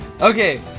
Okay